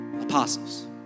apostles